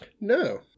No